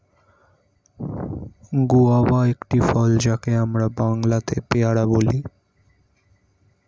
guava একটি ফল যাকে আমরা বাংলাতে পেয়ারা বলি